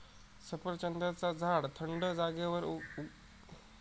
सफरचंदाचा झाड थंड जागेर उगता आणि ते कश्मीर मध्ये जास्त दिसतत